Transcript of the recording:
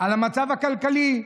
על המצב הכלכלי.